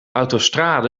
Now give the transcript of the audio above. autostrade